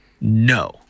No